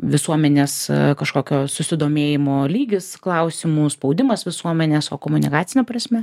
visuomenės kažkokio susidomėjimo lygis klausimų spaudimas visuomenės o komunikacine prasme